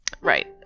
Right